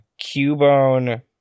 Cubone